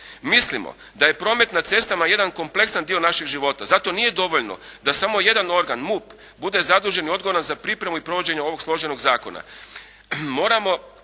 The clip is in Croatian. Mislimo da je promet na cestama jedan kompleksan dio našeg života. Zato nije dovoljno da samo jedan organ MUP bude zadužen i odgovoran za pripremu i provođenje ovog složenog zakona. Moramo